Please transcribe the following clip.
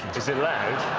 is it loud?